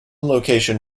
location